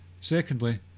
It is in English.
Secondly